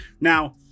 Now